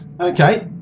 okay